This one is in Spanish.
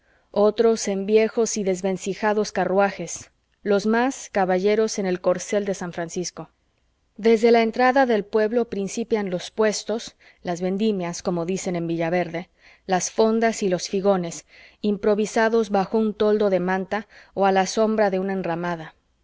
otros en viejos y desvencijados carruajes los más caballeros en el corcel de san francisco desde la entrada del pueblo principian los puestos las vendimias como dicen en villaverde las fondas y los figones improvisados bajo un toldo de manta o a la sombra de una enramada